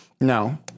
No